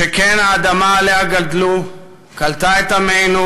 שכן האדמה שעליה גדלו קלטה את עמנו,